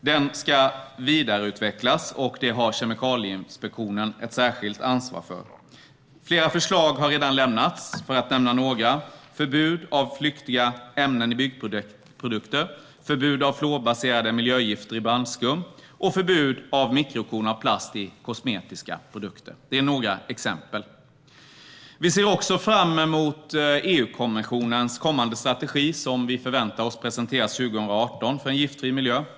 Den ska vidareutvecklas, vilket Kemikalieinspektionen har ett särskilt ansvar för. Flera förslag har redan lämnats. Några av dessa rör förbud mot flyktiga ämnen i byggprodukter, förbud mot fluorbaserade miljögifter i brandskum och förbud mot mikrokorn av plast i kosmetiska produkter. Vi ser också fram emot EU-kommissionens kommande strategi för en giftfri miljö, som vi förväntar oss presenteras 2018.